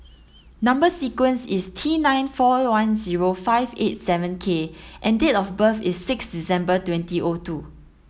number sequence is T nine four one zero five eight seven K and date of birth is sixth December twenty O two